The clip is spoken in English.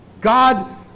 God